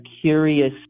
curious